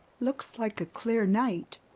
looks like a clear night,